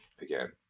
again